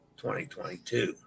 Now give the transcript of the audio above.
2022